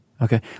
Okay